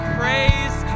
praise